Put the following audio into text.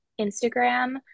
Instagram